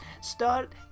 start